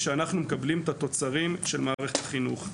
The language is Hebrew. אנחנו מקבלים את התוצרים של מערכת החינוך.